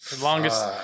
longest